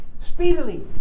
Speedily